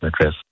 address